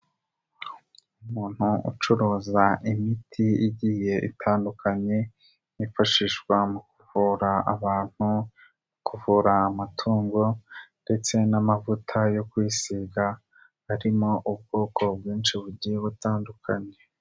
Umuntu ucuruza imiti igiye itandukanye yifashishwa mu kuvura abantu, kuvura amatungo ndetse n'amavuta yo kwisiga arimo ubwoko bwinshi bugiye butandukanye.